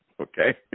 Okay